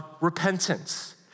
repentance